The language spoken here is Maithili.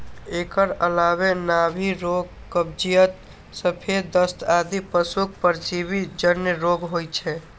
एकर अलावे नाभि रोग, कब्जियत, सफेद दस्त आदि पशुक परजीवी जन्य रोग होइ छै